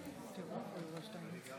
תודה, אדוני.